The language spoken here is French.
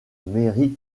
méry